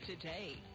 today